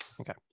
okay